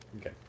Okay